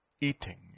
eating